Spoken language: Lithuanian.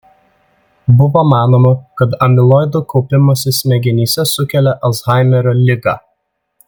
buvo manoma kad amiloidų kaupimasis smegenyse sukelia alzhaimerio ligą